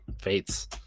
Fates